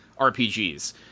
RPGs